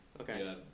Okay